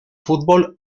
fútbol